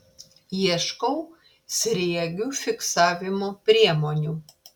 ieškau sriegių fiksavimo priemonių